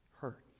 hurts